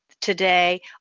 today